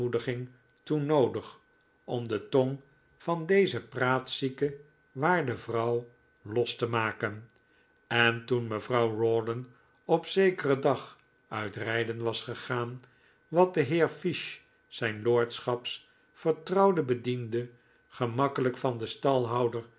toe noodig om de tong van deze praatzieke waarde vrouw los te maken en toen mevrouw rawdon op zekeren dag uit rijden was gegaan wat de heer fiche zijn lordschaps vertrouwde bediende gemakkelijk van den